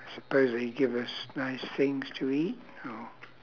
suppose they give us nice things to eat or